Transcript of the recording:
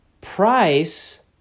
Price